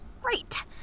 Great